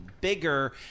bigger